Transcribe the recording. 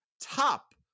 top